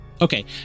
Okay